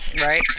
Right